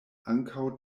ankaŭ